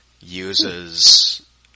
uses